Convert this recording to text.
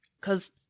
Cause